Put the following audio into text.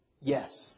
Yes